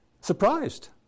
surprised